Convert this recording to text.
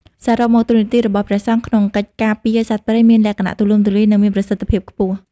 សរុបមក តួនាទីរបស់ព្រះសង្ឃក្នុងកិច្ចការពារសត្វព្រៃមានលក្ខណៈទូលំទូលាយ និងមានប្រសិទ្ធភាពខ្ពស់។